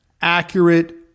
accurate